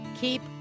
keep